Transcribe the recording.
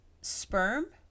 sperm